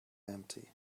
empty